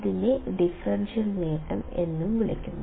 അതിനെ ഡിഫറൻഷ്യൽ നേട്ടം എന്നും വിളിക്കുന്നു